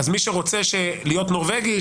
אז מי שרוצה להיות נורבגי,